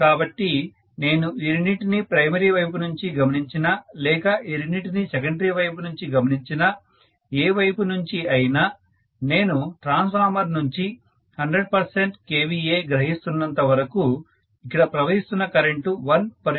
కాబట్టి నేను ఈ రెండింటినీ ప్రైమరీ వైపు నుంచి గమనించినా లేక ఈ రెండింటినీ సెకండరీ వైపు నుంచి గమనించినా ఏ వైపు నుంచి అయినా నేను ట్రాన్స్ఫార్మర్ నుంచి 100 kVA గ్రహిస్తున్నంత వరకు ఇక్కడ ప్రవహిస్తున్న కరెంటు 1 p